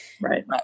Right